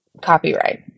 copyright